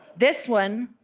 this one,